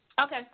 Okay